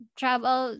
travel